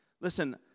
Listen